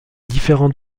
différents